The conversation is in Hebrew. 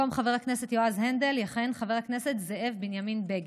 ובמקום חבר הכנסת יועז הנדל יכהן חבר הכנסת זאב בנימין בגין.